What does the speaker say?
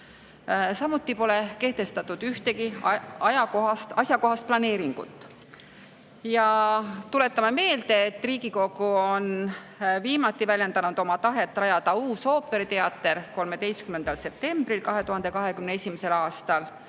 Samuti pole kehtestatud ühtegi asjakohast planeeringut. Tuletame meelde, et Riigikogu väljendas viimati oma tahet rajada uus ooperi[saal] 13. septembril 2021. aastal